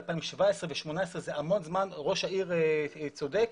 זה 2017 ו-2018 וראש העיר צודק,